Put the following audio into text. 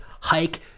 hike